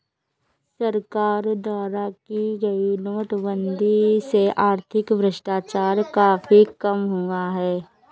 सरकार द्वारा की गई नोटबंदी से आर्थिक भ्रष्टाचार काफी कम हुआ है